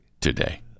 today